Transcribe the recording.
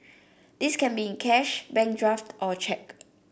this can be in cash bank draft or cheque